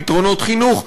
פתרונות חינוך,